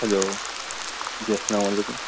hello جی السلام علیکم